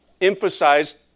emphasized